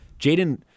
Jaden